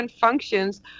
functions